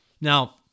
Now